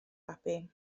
babi